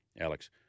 Alex